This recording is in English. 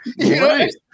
Right